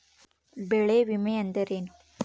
ಬೆಳೆ ವಿಮೆ ಅಂದರೇನು?